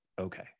Okay